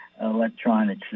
electronic